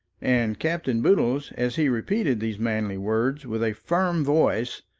and captain boodle, as he repeated these manly words with a firm voice,